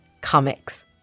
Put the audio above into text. comics